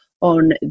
on